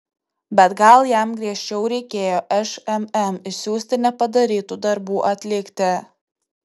bet gal jam griežčiau reikėjo šmm išsiųsti nepadarytų darbų atlikti